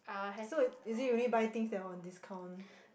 so it is it you only buy things that on discount